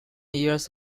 years